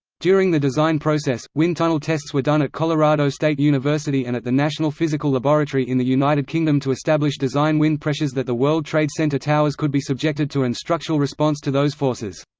during the design process, wind tunnel tests were done at colorado state university and at the national physical laboratory in the united kingdom to establish design wind pressures that the world trade center towers could be subjected to and structural response to those forces.